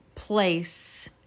Place